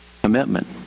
commitment